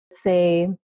say